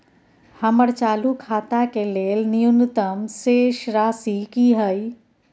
हमर चालू खाता के लेल न्यूनतम शेष राशि की हय?